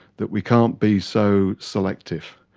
that we can't be so selective.